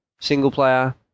Single-player